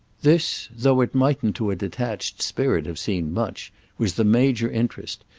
this though it mightn't to a detached spirit have seemed much was the major interest,